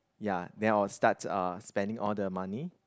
ya then I'll start uh spending all the money